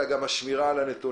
אלא גם השמירה על הנתונים.